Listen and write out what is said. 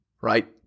Right